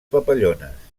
papallones